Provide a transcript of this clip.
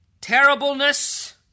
terribleness